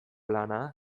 lana